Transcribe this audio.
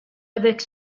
avec